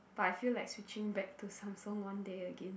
but I feel like switching back to Samsung one day again